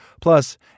Plus